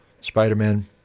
Spider-Man